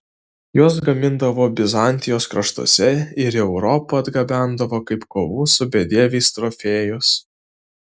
juos gamindavo bizantijos kraštuose ir į europą atgabendavo kaip kovų su bedieviais trofėjus